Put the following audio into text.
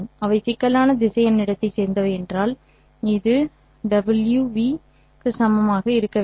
அவை சிக்கலான திசையன் இடத்தைச் சேர்ந்தவை என்றால் இது w' v ¿ க்கு சமமாக இருக்க வேண்டும்